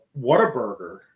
Whataburger